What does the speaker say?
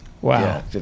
Wow